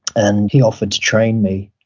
and he offered to train me.